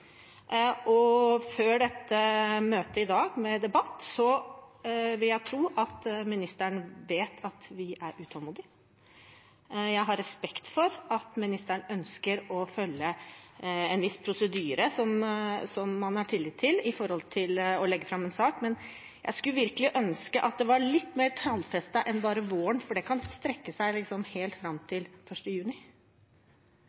Før debatten i møtet i dag vil jeg tro at ministeren visste at vi var utålmodige. Jeg har respekt for at ministeren ønsker å følge en viss prosedyre en har tillit til, for å legge fram en sak. Men jeg skulle virkelig ønske at det var litt mer tallfestet enn bare «våren», for den kan strekke seg helt fram